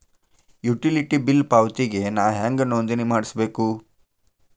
Utility bill ಪಾವತಿಗೆ ನಾ ಹೆಂಗ್ ನೋಂದಣಿ ಮಾಡ್ಸಬೇಕು?